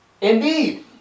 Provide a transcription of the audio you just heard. Indeed